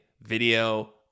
video